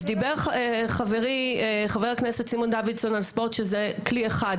דיבר חברי חבר הכנסת סימון דוידסון על ספורט שזה כלי אחד,